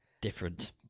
different